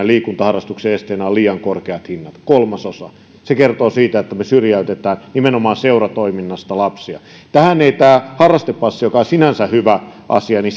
liikuntaharrastuksen esteenä ovat liian korkeat hinnat kolmasosa se kertoo siitä että me syrjäytämme nimenomaan seuratoiminnasta lapsia tähän ei tämä harrastepassi joka on sinänsä hyvä asia